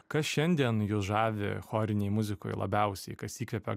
kas šiandien jus žavi chorinėj muzikoj labiausiai kas įkvepia